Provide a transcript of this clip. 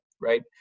right